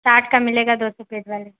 ساٹھ کا ملے گا دو سو پیج والا